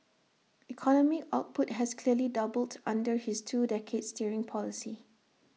economic output has nearly doubled under his two decades steering policy